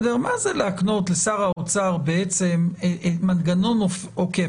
מה זה להקנות לשר האוצר מנגנון עוקף?